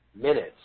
minutes